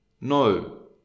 No